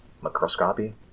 Microscopy